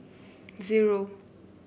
zero